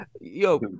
Yo